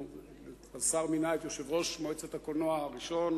השר מינה את יושב-ראש מועצת הקולנוע הראשון,